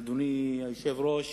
אדוני היושב-ראש,